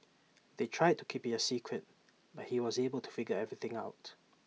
they tried to keep IT A secret but he was able to figure everything out